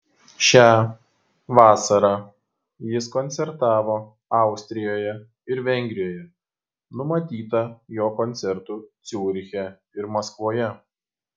šią vasarą jis koncertavo austrijoje ir vengrijoje numatyta jo koncertų ciuriche ir maskvoje